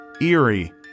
eerie